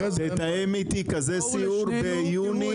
תתאם איתי כזה סיור ביוני,